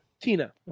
Tina